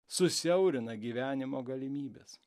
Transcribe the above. susiaurina gyvenimo galimybes